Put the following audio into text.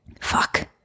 Fuck